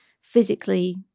physically